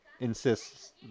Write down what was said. Insists